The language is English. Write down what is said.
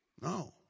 No